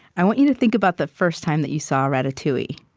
i want you to think about the first time that you saw ratatouille,